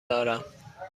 دارم